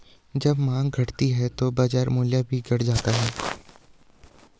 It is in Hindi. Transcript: जब माँग घटती है तो बाजार मूल्य भी घट जाता है